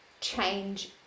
change